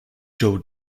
joe